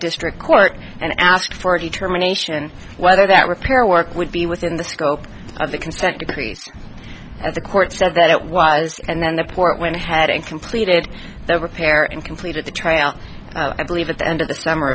district court and asked for a determination whether that repair work would be within the scope of the consent decree as the court said that it was and then the port went ahead and completed the repair and completed the trial i believe at the end of the summer